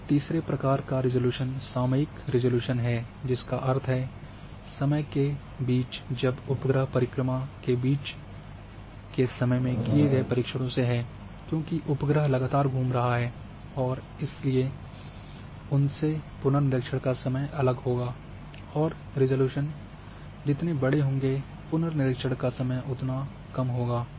और तीसरे प्रकार का रिज़ॉल्यूशन सामयिक रिज़ॉल्यूशन है जिसका अर्थ है समय के बीच जब उपग्रह परिक्रमा के बीच के समय में किए गये परीक्षणों से हैं क्योंकि उपग्रह लगातार घूम रहे हैं और इसलिए उनके पुनर्निरीक्षण का समय अलग होगा और रिज़ॉल्यूशन जितने बड़े होंगे पुनर्निरीक्षण का समय उतना काम होगा